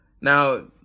now